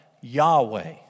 Yahweh